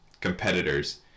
competitors